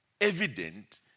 evident